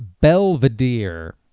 Belvedere